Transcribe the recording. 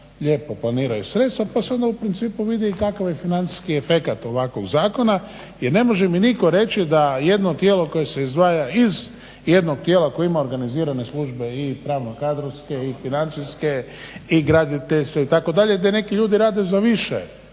lijepo planiraju sredstva pa se onda u principu vidi i kakav je financijski efekt ovakvog zakona jer ne može mi nitko reći da jedno tijelo koje se izdvaja iz jednog tijela koje ima organizirane službe i pravne, kadrovske i financijske i graditeljstva itd., gdje neki ljudi rade više